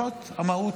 זאת המהות